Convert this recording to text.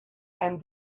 and